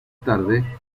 tarde